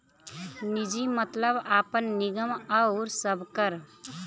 निजी मतलब आपन, निगम आउर सबकर